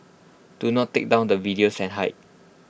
do not take down the videos and hide